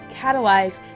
catalyze